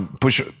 push